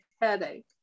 headache